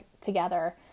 together